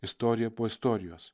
istorija po istorijos